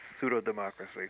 pseudo-democracy